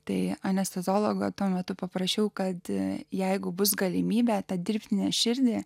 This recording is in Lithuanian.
tai anesteziologą tuo metu paprašiau kad jeigu bus galimybė tą dirbtinę širdį